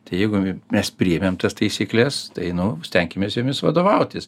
tai jeigu mes priėmėm tas taisykles tai nu stenkimės jomis vadovautis